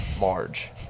Large